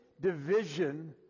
division